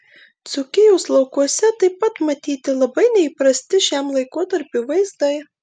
dzūkijos laukuose taip pat matyti labai neįprasti šiam laikotarpiui vaizdai